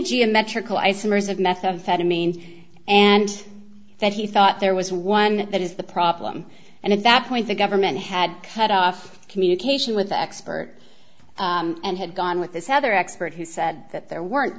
geometrical isomers of methamphetamine and that he thought there was one that is the problem and in fact point the government had cut off communication with the expert and had gone with this other expert who said that there weren't